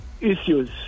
issues